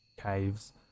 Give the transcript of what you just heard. caves